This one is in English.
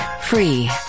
free